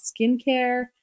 skincare